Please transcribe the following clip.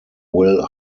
will